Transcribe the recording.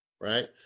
Right